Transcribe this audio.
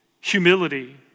Humility